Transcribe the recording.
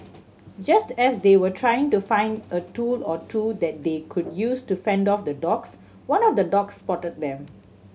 just as they were trying to find a tool or two that they could use to fend off the dogs one of the dogs spotted them